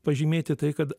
pažymėti tai kad